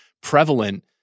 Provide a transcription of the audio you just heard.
prevalent